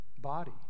body